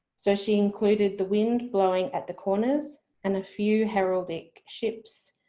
so she included the wind blowing at the corners and a few heraldic ships,